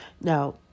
Now